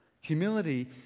Humility